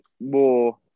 more